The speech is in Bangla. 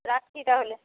রাখছি তাহলে